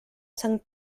sang